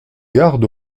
garde